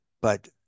But-